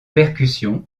percussions